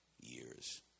years